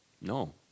No